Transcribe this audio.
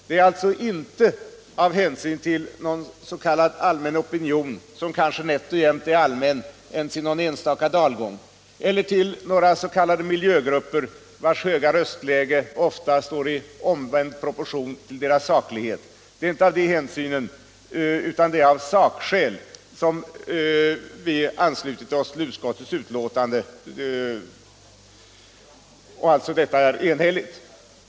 Det är alltså inte av hänsyn till någon s.k. allmän opinion, som kanske nätt och jämt är allmän ens i någon enstaka dalgång, eller till några s.k. miljögrupper, vilkas höga röstläge ofta står i omvänd proportion till deras saklighet, utan av sakskäl som vi anslutit oss till utskottets skrivning, som alltså är enhällig.